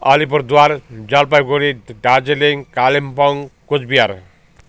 Alipurduar Jalpaiguri Darjeeling Kalimpong Cooch Behar